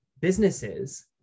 businesses